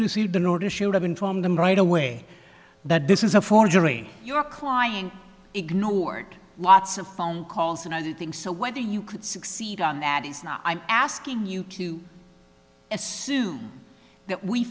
received an order should have informed them right away that this is a forgery your client ignored lots of phone calls and other things so whether you could succeed on that is now i'm asking you to assume that we